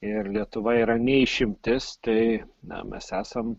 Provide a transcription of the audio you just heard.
ir lietuva yra ne išimtis tai na mes esam